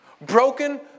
Broken